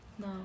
No